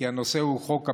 כי הנושא הוא חוק הפיקדון.